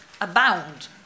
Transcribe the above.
abound